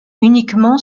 uniquement